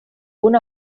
una